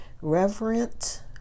reverent